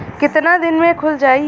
कितना दिन में खुल जाई?